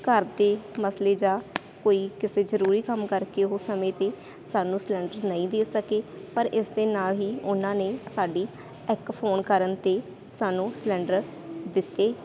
ਘਰ ਦੇ ਮਸਲੇ ਜਾਂ ਕੋਈ ਕਿਸੇ ਜ਼ਰੂਰੀ ਕੰਮ ਕਰਕੇ ਉਹ ਸਮੇਂ 'ਤੇ ਸਾਨੂੰ ਸਿਲੰਡਰ ਨਹੀਂ ਦੇ ਸਕੇ ਪਰ ਇਸ ਦੇ ਨਾਲ ਹੀ ਉਹਨਾਂ ਨੇ ਸਾਡੀ ਇੱਕ ਫੋਨ ਕਰਨ 'ਤੇ ਸਾਨੂੰ ਸਿਲੰਡਰ ਦਿੱਤੇ